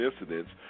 incidents